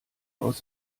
aus